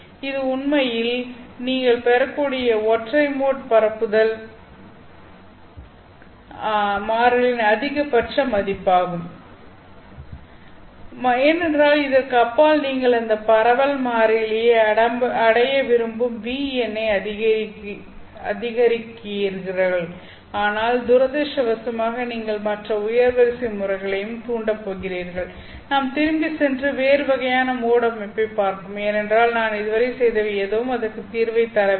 இது உண்மையில் நீங்கள் பெறக்கூடிய ஒற்றை மோட் பரப்புதல் மாறிலியின் அதிகபட்ச மதிப்பாக இருக்கும் ஏனென்றால் இதற்கு அப்பால் நீங்கள் இந்த பரவல் மாறிலியை அடைய விரும்பும் "V" எண்ணை அதிகரிக்கிறீர்கள் ஆனால் துரதிர்ஷ்டவசமாக நீங்கள் மற்ற உயர் வரிசை முறைகளையும் தூண்டப் போகிறீர்கள் நாம் திரும்பிச் சென்று வேறு வகையான மோட் அமைப்பைப் பார்ப்போம் ஏனென்றால் நாம் இதுவரை செய்தவை எதுவும் அதற்கு தீர்வை தரவில்லை